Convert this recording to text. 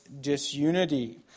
disunity